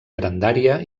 grandària